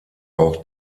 auch